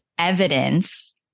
Evidence